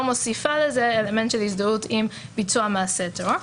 מוסיפה לזה אלמנט של הזדהות עם ביצוע מעשה טרור,